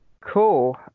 Cool